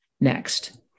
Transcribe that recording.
next